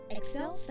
Excel